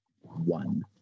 one